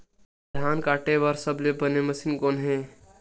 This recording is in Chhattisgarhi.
धान काटे बार सबले बने मशीन कोन हे?